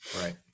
Right